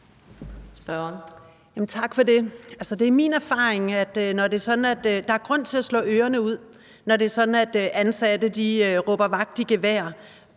Tak for det. Det er min erfaring, at der er grund til at slå ørerne ud, når ansatte – dem, der